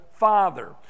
Father